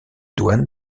douanes